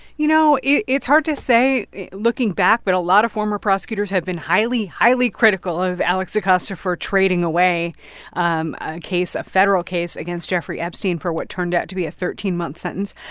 you know. it's hard to say looking back. but a lot of former prosecutors have been highly, highly critical of alex acosta for trading away um a case a federal case against jeffrey epstein for what turned out to be a thirteen month sentence.